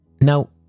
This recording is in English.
Now